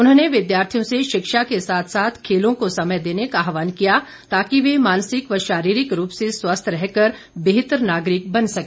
उन्होंने विद्यार्थियों से शिक्षा के साथ साथ खेलों को समय देने का आहवान किया ताकि वे मानसिक व शारीरिक रूप से स्वस्थ रह कर बेहतर नागरिक बन सके